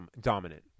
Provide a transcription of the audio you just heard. dominant